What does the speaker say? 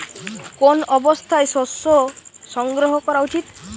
কোন অবস্থায় শস্য সংগ্রহ করা উচিৎ?